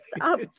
up